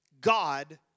God